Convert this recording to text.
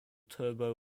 turbo